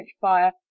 fire